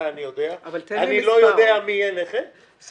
אני לא יודע מי יהיה נכה --- תן מספר.